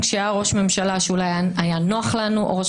היה לכם שנה לדון בעניין אם רציתם,